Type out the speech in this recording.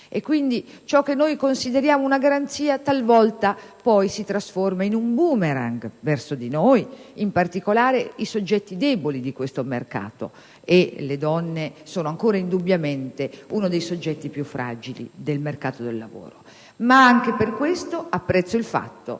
Ciò che noi consideriamo una garanzia, talvolta si trasforma in un *boomerang* verso di noi, in particolare nei confronti dei soggetti deboli di questo mercato, e le donne sono ancora indubbiamente uno dei soggetti più fragili del mercato del lavoro. Anche per questo apprezzo il fatto